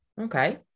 Okay